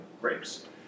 grapes